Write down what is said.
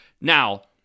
Now